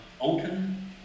open